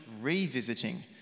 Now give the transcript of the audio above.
revisiting